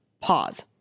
Pause